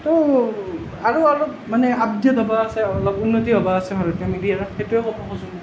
তৌ আৰু অলপ মানে আপডেট হ'ব আছে অলপ উন্নতি হ'ব আছে ভালকৈ এনেকৈ আৰু সেইটোৱেই ক'ব খুজোঁ